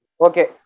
Okay